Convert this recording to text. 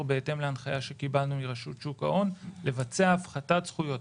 בהתאם להנחיה שקיבלנו מרשות שוק ההון לבצע הפחתת זכויות,